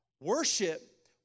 worship